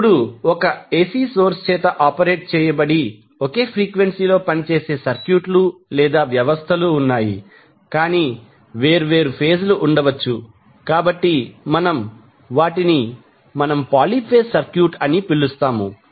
ఇప్పుడు ఒక A C source చేత ఆపరేట్ చేయబడి ఒకే ఫ్రీక్వెన్సీలో పనిచేసే సర్క్యూట్లు లేదా వ్యవస్థలు ఉన్నాయి కానీ వేర్వేరు ఫేజ్ లు ఉండవచ్చు కాబట్టి మనము వాటిని మనం పాలీ ఫేజ్ సర్క్యూట్ అని పిలుస్తాము